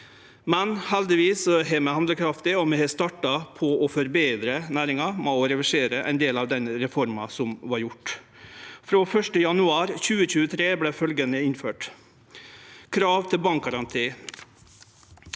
men heldigvis har vi handlekraft, og vi har starta på å forbetre næringa med å reversere ein del av den reforma som vart gjord. Frå 1. januar 2023 vart følgjande innført: krav til bankgaranti,